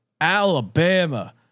Alabama